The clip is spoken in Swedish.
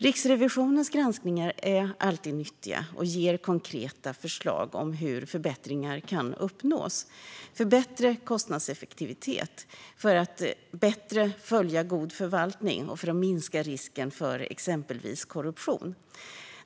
Riksrevisionens granskningar är alltid nyttiga och ger konkreta förslag om hur förbättringar kan uppnås, för bättre kostnadseffektivitet, för att bättre följa god förvaltning och för att minska risken för exempelvis korruption.